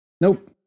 Nope